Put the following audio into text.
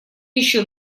еще